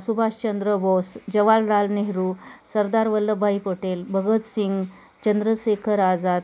Subhashchandra Bose Jawaharlal Nehru Sardar Vallabhbhai Patel Bhagat Singh Chandrashekhar Azad